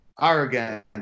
arrogant